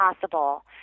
possible